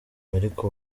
ariko